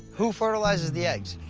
who fertilizes the eggs?